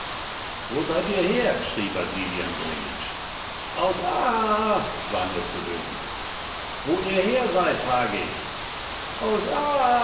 wo seid ihr her schrie wasili andrejitsch aus a a a war nur zu hören wo ihr her seid frage ich aus